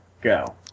go